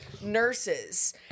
nurses